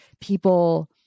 people